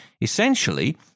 essentially